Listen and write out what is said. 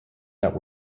that